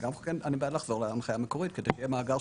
אני בעד לחזור להנחיה המקורית כדי שיהיה מאגר.